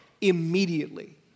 immediately